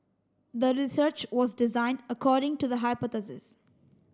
the research was designed according to the hypothesis